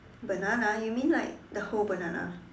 banana you mean like the whole banana